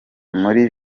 muri